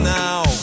now